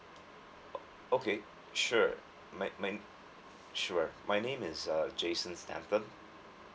o~ okay sure my my sure my name is uh jason statham